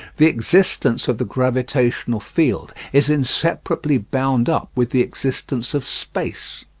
the existence of the gravitational field is inseparably bound up with the existence of space.